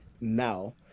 now